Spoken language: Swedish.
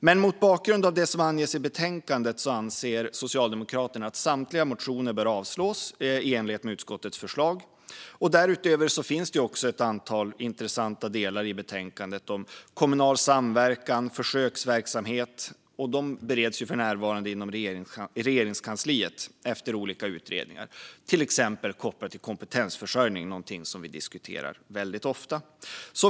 Mot bakgrund av det som anges i betänkandet anser dock Socialdemokraterna att samtliga motioner bör avslås i enlighet med utskottets förslag. Därutöver finns ett antal intressanta delar i betänkandet om kommunal samverkan och försöksverksamhet som för närvarande bereds inom Regeringskansliet efter olika utredningar - till exempel kopplat till kompetensförsörjning, någonting som vi diskuterar väldigt ofta.